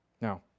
Now